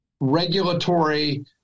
regulatory